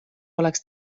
oleks